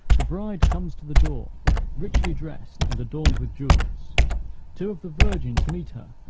the bride comes to the door richly dressed and adorned with jewels two of the virgins meet her,